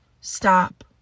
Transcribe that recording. stop